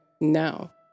now